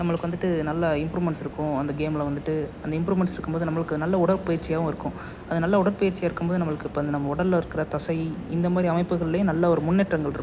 நம்மளுக்கு வந்துட்டு நல்ல இம்ப்ரூமெண்ட்ஸ் இருக்கும் அந்த கேமில் வந்துட்டு அந்த இம்ப்ரூமெண்ட்ஸ் இருக்கும் போது நம்மளுக்கு நல்ல உடற்பயிற்சியாகவும் இருக்கும் அது நல்ல உடற்பயிற்சியாக இருக்கும்போது நம்மளுக்கு இப்போ இந்த நம்ம உடலில் இருக்கிற தசை இந்த மாதிரி அமைப்புகள்லேயும் நல்ல ஒரு முன்னேற்றங்கள் இருக்கும்